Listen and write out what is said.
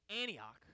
Antioch